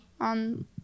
on